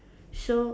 so